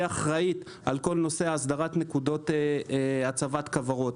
אחראית על כל נושא הסדרת נקודות הצבת כוורות.